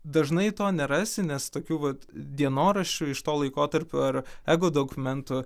dažnai to nerasi nes tokių vat dienoraščių iš to laikotarpio ar ego dokumentų